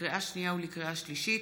לקריאה שנייה ולקריאה שלישית,